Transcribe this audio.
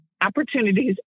opportunities